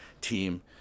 team